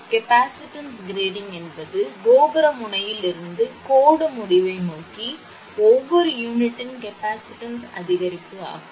capacitance grading என்பது கோபுர முனையிலிருந்து கோடு முடிவை நோக்கி ஒவ்வொரு யூனிட்டின் கெப்பாசிட்டன்ஸ் அதிகரிப்பு ஆகும்